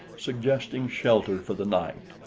suggesting shelter for the night.